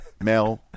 Mel